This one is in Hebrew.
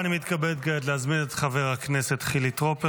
אני מתכבד כעת להזמין את חבר הכנסת חילי טרופר